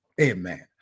Amen